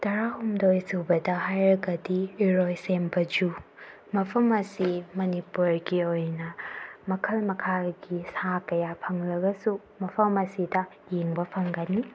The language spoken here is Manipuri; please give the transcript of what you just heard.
ꯇꯔꯥ ꯍꯨꯝꯗꯣꯏ ꯁꯨꯕꯗ ꯍꯥꯏꯔꯒꯗꯤ ꯏꯔꯣꯏꯁꯦꯝꯕ ꯖꯨ ꯃꯐꯝ ꯑꯁꯤ ꯃꯅꯤꯄꯨꯔꯒꯤ ꯑꯣꯏꯅ ꯃꯈꯜ ꯃꯈꯥꯒꯤ ꯁꯥ ꯀꯌꯥ ꯐꯪꯂꯒꯁꯨ ꯃꯐꯝ ꯑꯁꯤꯗ ꯌꯦꯡꯕ ꯐꯪꯒꯅꯤ